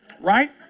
Right